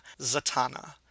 Zatanna